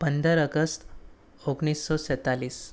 પંદર અગસ્ત ઓગણીસસો છેંતાલીસ